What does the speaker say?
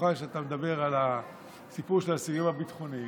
במיוחד כשאתה מדבר על הסיפור של הסיוע הביטחוני,